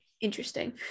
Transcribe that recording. interesting